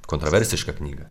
kontroversišką knygą